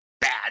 bad